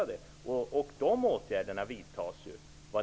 De åtgärderna vidtas ju.